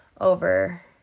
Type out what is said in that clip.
over